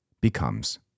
becomes